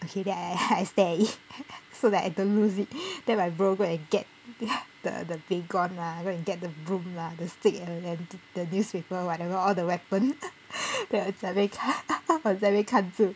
okay then I I stare at it so that I don't lose it then my bro go and get the the baygon lah go and get the broom lah the stick and the the newspaper whatever all the weapon then 我在 我在那边看住